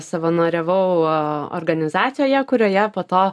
savanoriavau organizacijoje kurioje po to